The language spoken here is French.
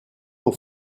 aux